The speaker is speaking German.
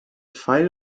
pfeil